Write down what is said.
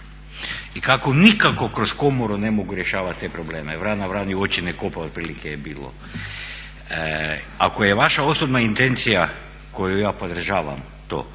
i kako nikako kroz komoru ne mogu rješavati te probleme, jel vrana vrani oči ne kopa otprilike je bilo. Ako je vaša osobna intencija koju ja podržavam to